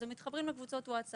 אז הם מתחברים לקבוצות ה- WhatsApp